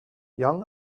young